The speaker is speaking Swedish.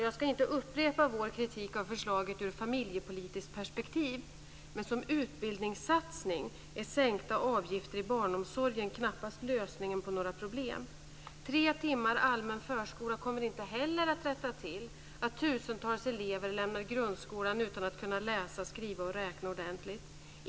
Jag ska inte upprepa vår kritik av förslaget i ett familjepolitiskt perspektiv. Men som utbildningssatsning är sänkta avgifter inom barnomsorgen knappast lösningen på några problem. Tre timmar allmän förskola kommer inte heller att rätta till förhållandet att tusentals elever lämnar grundskolan utan att kunna läsa, skriva och räkna ordentligt.